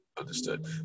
understood